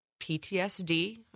PTSD